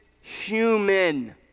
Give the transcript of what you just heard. human